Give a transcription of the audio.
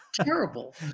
terrible